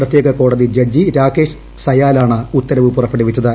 പ്രത്യേക കോടതി ജഡ്ജി രാകേഷ് സയാലാണ് ഉത്തരവ് പുറപ്പെടുവിച്ചത്